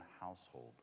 household